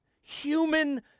Human